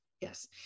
Yes